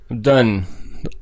done